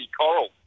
Coral